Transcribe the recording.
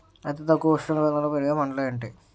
అతి తక్కువ ఉష్ణోగ్రతలో పెరిగే పంటలు ఏంటి?